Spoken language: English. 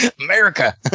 america